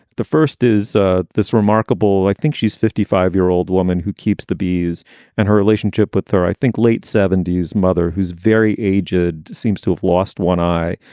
the first is ah this remarkable. i think she's fifty five year old woman who keeps the bees and her relationship with her. i think late seventy s mother, who's very aged, seems to have lost one eye.